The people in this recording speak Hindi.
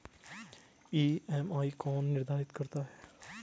ई.एम.आई कौन निर्धारित करता है?